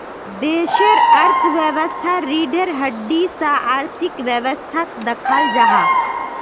देशेर अर्थवैवास्थार रिढ़ेर हड्डीर सा आर्थिक वैवास्थाक दख़ल जाहा